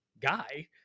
guy